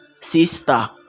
sister